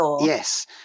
Yes